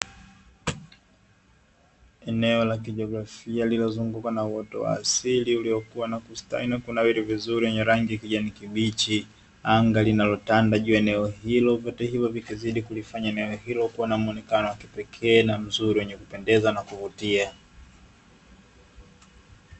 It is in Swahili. Eneo la kijiografia, lililozungukwa na uoto wa asili uliokua na kustawi na kunawiri vizuri wenye rangi ya kijani kibichi, anga linalotanda juu ya eneo hilo, vyote hivyo vikizidi kulifanya eneo hilo kuwa na muonekano wa kipekee na mzuri wenye kupendeza na kuvutia.